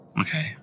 Okay